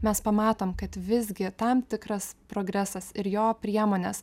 mes pamatom kad visgi tam tikras progresas ir jo priemonės